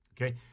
Okay